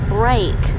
break